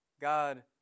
God